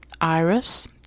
Iris